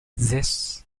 this